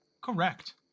Correct